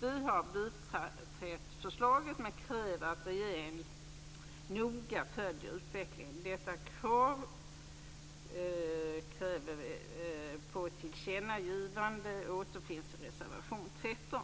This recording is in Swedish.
Vi har biträtt förslaget men kräver att regeringen noga följer utvecklingen. Detta krav på tillkännagivande återfinns i reservation 13.